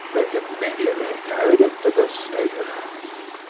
they immediately carried it to the station-house.